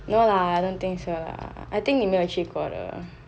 no lah I don't think so lah I think 你没有去过